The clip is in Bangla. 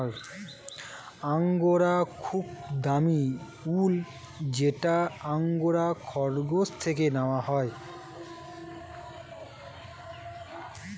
অ্যাঙ্গোরা খুবই দামি উল যেটা অ্যাঙ্গোরা খরগোশ থেকে নেওয়া হয়